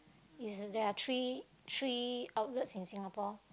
is there are three three outlets in Singapore